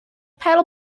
paddle